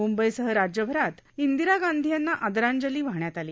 म्ंबईसह राज्यभरात इंदिरा गांधी यांना आदरांजली वाहण्यात आली